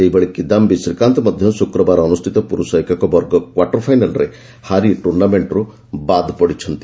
ସେହିଭଳି କିଦାମ୍ଘୀ ଶ୍ରୀକାନ୍ତ ମଧ୍ୟ ଶୁକ୍ରବାର ଅନୁଷ୍ଠିତ ପୁରୁଷ ଏକକ ବର୍ଗ କ୍ୱାର୍ଟର ଫାଇନାଲ୍ରେ ହାରି ଟୁର୍ଣ୍ଣାମେଣ୍ଟରୁ ବାଦ ପଡ଼ିଛନ୍ତି